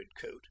coat